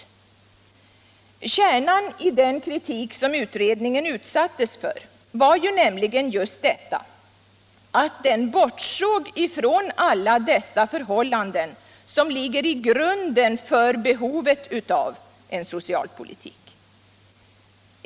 Kärnan i den kritik som utredningen utsattes för var nämligen just detta att den bortsåg från alla de förhållanden som grundar behovet av en socialpolitik.